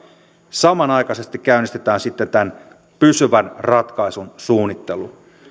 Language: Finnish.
samanaikaisesti käynnistetään sitten tämän pysyvän ratkaisun suunnittelu